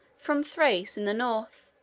from thrace, in the north,